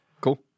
Cool